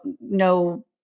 no